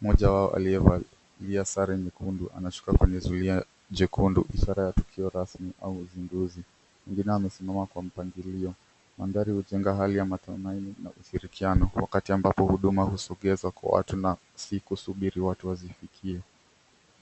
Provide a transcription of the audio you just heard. Moja wao aliyevalia sare nyekundu anashuka kwenye zuia jekundu, ishara ya tukio rasmi au uzinduzi wengine wamesimama kwa mpangilio. Mandhari hujenga hali ya matumaini na ushirikiano wakati ambapo huduma husongezwa kwa watu na sikusubiri watu wazifikie.